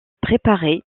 préparés